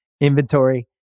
inventory